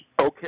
Okay